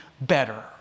better